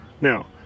Now